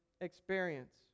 experience